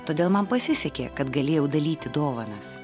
todėl man pasisekė kad galėjau dalyti dovanas